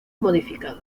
modificado